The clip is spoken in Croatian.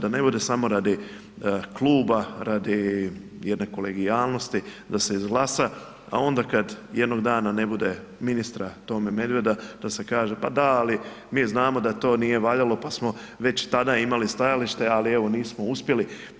Da ne bude samo radi kluba, radi jedne kolegijalnosti da se izglasa, a onda kad jednog dana ne bude ministra Tome Medveda da se kaže, pa da ali mi znamo da to nije valjalo pa smo već i tada imali stajalište ali nismo evo nismo uspjeli.